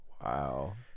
wow